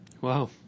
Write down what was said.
Wow